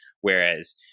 Whereas